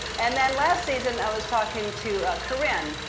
and then last season, i was talking to corinne,